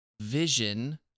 Vision